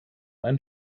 ein